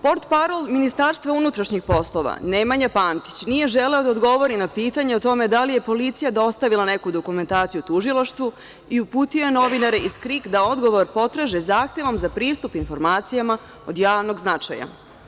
Portparol Ministarstva unutrašnjih poslova Nemanja Pantić nije želeo da odgovori na pitanje o tome da li je policija dostavila neku dokumentaciju tužilaštvu i uputio je novinare iz „Krika“ da odgovor potraže zahtevom za pristup informacijama od javnog značaja.